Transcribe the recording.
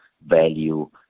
value